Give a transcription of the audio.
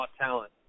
talent